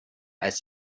als